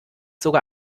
sogar